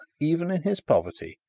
even in his poverty,